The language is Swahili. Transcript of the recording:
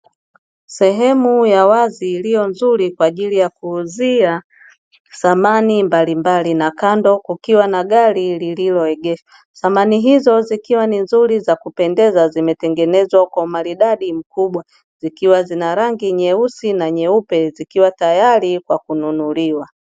Sehemu ya wazi iliyo nzuri kwa ajili ya kuuzia samani mbalimbali na kando kukiwa na gari lililoegeshwa, samani hizo zikiwa ni nzuri za kupendeza zimetengenezwa kwa umaridadi mkubwa, zikiwa zina rangi nyeupe na nyeusi zikiwa tayari kwa kununuliwa.